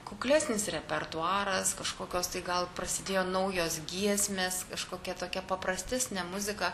kuklesnis repertuaras kažkokios tai gal prasidėjo naujos giesmės kažkokia tokia paprastesnė muzika